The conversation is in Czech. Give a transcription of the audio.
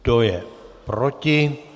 Kdo je proti?